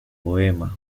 poemas